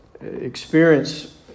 experience